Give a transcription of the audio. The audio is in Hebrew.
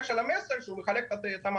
של חברת מסר שהוא מחלק את המעטפות.